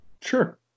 Sure